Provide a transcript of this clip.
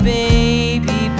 baby